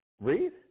Read